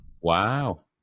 Wow